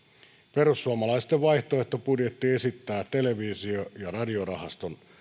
perussuomalaisten vaihtoehtobudjetti esittää televisio ja radiorahaston